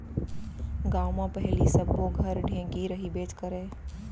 गॉंव म पहिली सब्बो घर ढेंकी रहिबेच करय